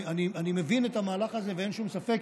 אני מבין את המהלך הזה, ואין שום ספק